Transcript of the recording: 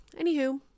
anywho